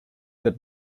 that